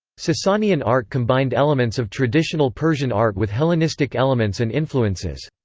sasanian art combined elements of traditional persian art with hellenistic elements and influences.